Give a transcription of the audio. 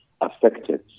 affected